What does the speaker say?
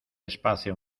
espacio